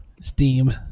Steam